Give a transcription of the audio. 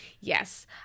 Yes